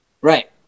Right